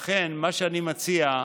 לכן, מה שאני מציע,